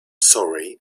sorry